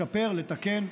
לשפר ולתקן.